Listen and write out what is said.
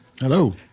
Hello